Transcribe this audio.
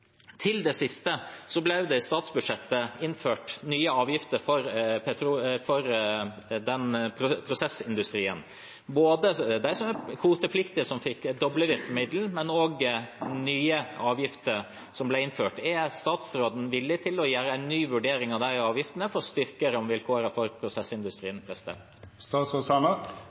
Til det siste: Det ble i statsbudsjettet innført nye avgifter for prosessindustrien, både kvotepliktige, som fikk doble virkemidler, og nye avgifter som ble innført. Er statsråden villig til å gjøre en ny vurdering av de avgiftene for å styrke rammevilkårene for prosessindustrien?